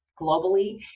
globally